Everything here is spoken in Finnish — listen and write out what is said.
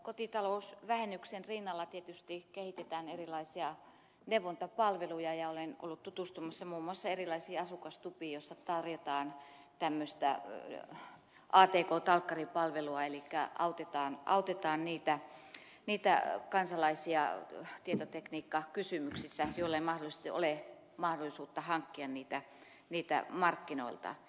kotitalousvähennyksen rinnalla tietysti kehitetään erilaisia neuvontapalveluja ja olen ollut tutustumassa muun muassa erilaisiin asukastupiin joissa tarjotaan atk talkkaripalvelua elikkä autetaan niitä kansalaisia tietotekniikkakysymyksissä joilla ei mahdollisesti ole mahdollisuutta hankkia palveluja markkinoilta